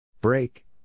Break